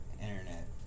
internet